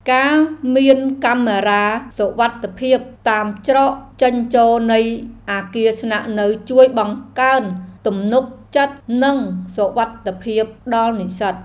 ការមានកាមេរ៉ាសុវត្ថិភាពតាមច្រកចេញចូលនៃអគារស្នាក់នៅជួយបង្កើនទំនុកចិត្ត និងសុវត្ថិភាពដល់និស្សិត។